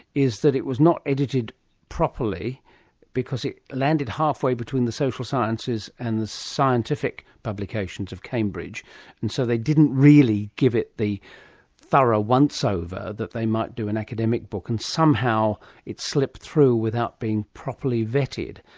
is that it was not edited properly because it landed halfway between the social sciences and the scientific publications of cambridge and so they didn't really give it the thorough once-over that they might do an academic book and somehow it slipped through without being properly vetted.